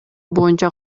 боюнча